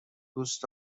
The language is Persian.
دوست